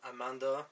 Amanda